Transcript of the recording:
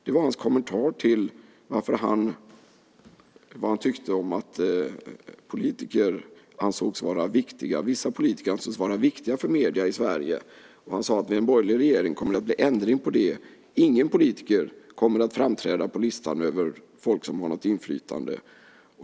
Det var hans kommentar till vad han tyckte om att vissa politiker ansågs vara viktiga för medierna i Sverige. Han sade att med en borgerlig regering kommer det att bli ändring på det. Ingen politiker kommer att framträda på listan över folk som har något inflytande.